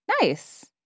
nice